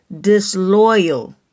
disloyal